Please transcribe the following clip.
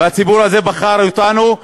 והציבור הזה בחר אותנו,